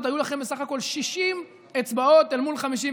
היו לכם בסך הכול 60 אצבעות אל מול 59,